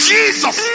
Jesus